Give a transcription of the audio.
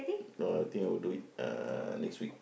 no I think I will do it uh next week